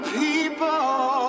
people